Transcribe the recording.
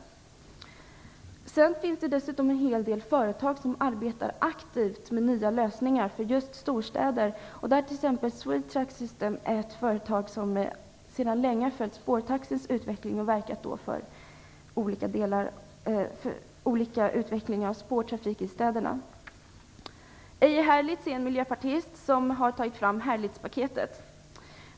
Sedan finns det dessutom en hel del företag som arbetar aktivt med nya lösningar för just storstäder. Swedetrack System är ett företag som sedan länge har följt spårtaxins utveckling och verkat för olika utveckling av spårtrafik i städerna. Herlitzpaketet har tagits fram av en miljöpartist.